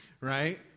right